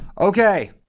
Okay